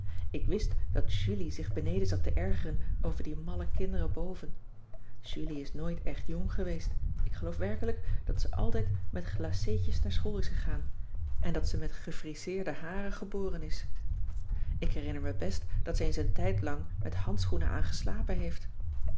ik wist dat julie zich beneden zat te ergeren over die malle kinderen boven julie is nooit echt jong geweest ik geloof werkelijk dat ze altijd met glacétjes naar school is gegaan en dat ze met gefriseerde haren geboren is cissy van marxveldt de h b s tijd van joop ter heul ik herinner me best dat ze eens een tijdlang met handschoenen aan geslapen heeft